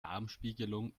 darmspiegelung